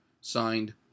Signed